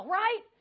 right